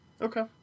Okay